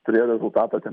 turėjo rezultatą ten